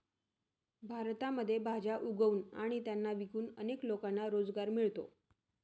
भारतामध्ये भाज्या उगवून आणि त्यांना विकून अनेक लोकांना रोजगार मिळतो